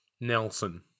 nelson